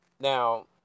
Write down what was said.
Now